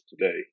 today